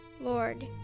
Lord